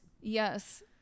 Yes